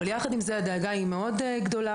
אבל יחד עם זה הדאגה היא מאוד גדולה.